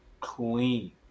clean